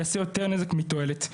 הוא יעשה יותר נזק מתועלת.